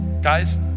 Guys